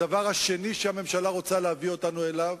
הדבר השני שהממשלה רוצה להביא אותנו אליו